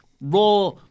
Raw